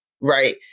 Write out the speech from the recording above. right